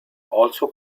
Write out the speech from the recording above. also